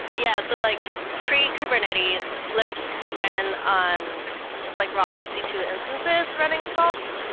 and yeah. so like pre kubernetes, lyft ran on just like raw e c two instances running salt,